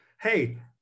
hey